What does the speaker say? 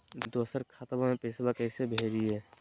दोसर खतबा में पैसबा कैसे भेजिए?